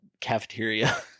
cafeteria